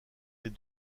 les